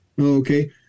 okay